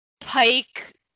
Pike